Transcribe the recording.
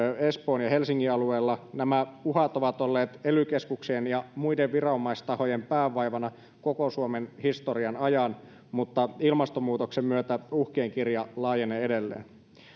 espoon ja helsingin alueella nämä uhat ovat olleet ely keskuksien ja muiden viranomaistahojen päänvaivana koko suomen historian ajan mutta ilmastonmuutoksen myötä uhkien kirjo laajenee edelleen